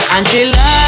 Angela